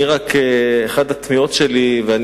ואחת התמיהות שלי,